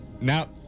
now